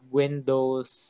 windows